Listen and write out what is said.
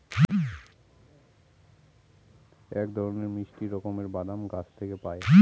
এক ধরনের মিষ্টি রকমের বাদাম গাছ থেকে পায়